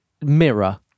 Mirror